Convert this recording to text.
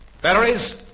Batteries